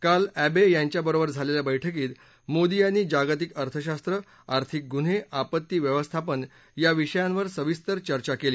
काल अधि यांच्याबरोबर झालेल्या बैठकीत मोदी यांनी जागतिक अर्थशास्त्र आर्थिक गुन्हे आपत्ती व्यवस्थापन या विषयांवर सविस्तर चर्चा केली